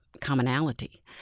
commonality